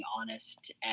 honest